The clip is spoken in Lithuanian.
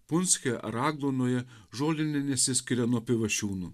punske ar aglunoje žolinė nesiskiria nuo pivašiūnų